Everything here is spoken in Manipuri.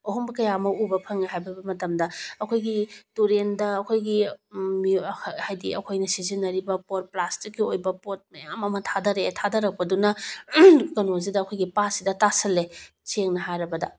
ꯑꯍꯣꯡꯕ ꯀꯌꯥꯃꯨꯛ ꯎꯕ ꯐꯪꯉꯦ ꯍꯥꯏꯕ ꯃꯇꯝꯗ ꯑꯩꯈꯣꯏꯒꯤ ꯇꯨꯔꯦꯟꯗ ꯑꯩꯈꯣꯏꯒꯤ ꯑꯩꯈꯣꯏꯅ ꯁꯤꯖꯤꯟꯅꯔꯤꯕ ꯄꯣꯠ ꯄ꯭ꯂꯥꯁꯇꯤꯛꯀꯤ ꯑꯣꯏꯕ ꯄꯣꯠ ꯃꯌꯥꯝ ꯑꯃ ꯊꯥꯗꯔꯦ ꯊꯥꯗꯔꯝꯀꯗꯨꯅ ꯀꯩꯅꯣꯁꯤꯗ ꯑꯩꯈꯣꯏꯒꯤ ꯄꯥꯠꯁꯤꯗ ꯇꯥꯁꯤꯜꯂꯦ ꯁꯦꯡꯅ ꯍꯥꯏꯔꯕꯗ